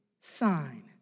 sign